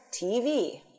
TV